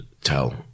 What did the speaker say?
tell